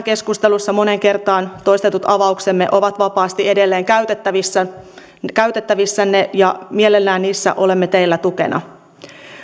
keskustelussa moneen kertaan toistetut avauksemme ovat vapaasti edelleen käytettävissänne ja mielellämme niissä olemme teille tukena